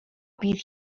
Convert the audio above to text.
bydd